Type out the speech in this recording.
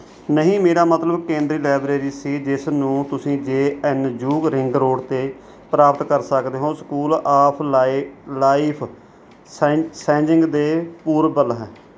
ਨਹੀਂ ਮੇਰਾ ਮਤਲਬ ਕੇਂਦਰੀ ਲਾਇਬ੍ਰੇਰੀ ਸੀ ਜਿਸ ਨੂੰ ਤੁਸੀਂ J N U ring road ਤੋਂ ਪ੍ਰਾਪਤ ਕਰ ਸਕਦੇ ਹੋ ਸਕੂਲ ਆਫ਼ ਲਾਇ ਲਾਈਫ ਸਾਇੰ ਸਾਇੰਸਿਜ਼ ਦੇ ਪੂਰਬ ਵੱਲ ਹੈ